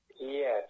Yes